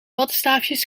wattenstaafjes